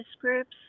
groups